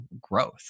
growth